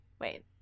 wait